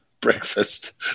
breakfast